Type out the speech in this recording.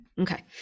Okay